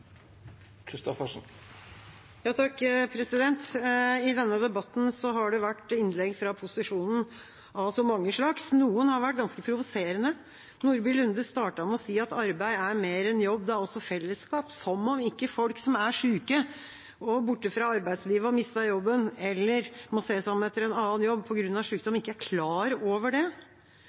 I denne debatten har det fra posisjonen vært innlegg av så mange slag. Noen har vært ganske provoserende. Nordby Lunde startet med å si at arbeid er mer enn jobb, det er også fellesskap – som om ikke folk som er syke, borte fra arbeidslivet, har mistet jobben eller må se seg om etter en annen jobb på grunn av sykdom, ikke er klar over det.